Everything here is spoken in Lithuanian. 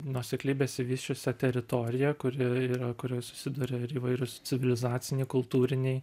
nuosekliai besivysčiusią teritoriją kuri kurioj susiduria ir įvairūs civilizaciniai kultūriniai